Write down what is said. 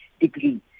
degree